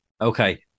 Okay